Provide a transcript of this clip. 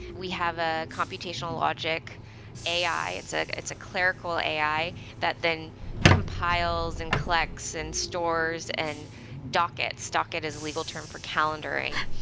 we have a computational logic ai. it's ah it's a clerical ai that then compiles and collects and stores and dockets. docket is a legal term for calendaring,